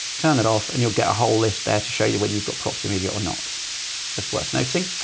turn that off and you'll get a whole list there to show you whether you've got proximity or not just worth noting.